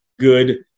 good